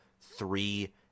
three